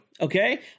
Okay